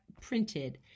printed